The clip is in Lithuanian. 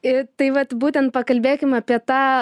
i tai vat būtent pakalbėkim apie tą